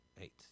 Eight